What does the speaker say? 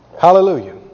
Hallelujah